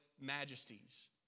majesties